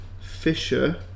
Fisher